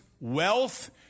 wealth